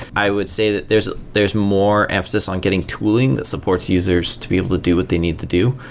i would say that there's there's more emphasis on getting tooling that supports users to be able to do what they need to do.